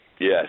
Yes